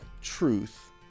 truth